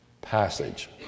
passage